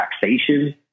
taxation